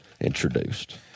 introduced